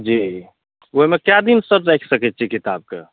जी ओइमे कए दिन सर राखि सकय छियै किताबके